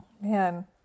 Man